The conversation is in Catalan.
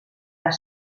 per